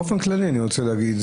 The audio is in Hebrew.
באופן כללי אני רוצה להגיד,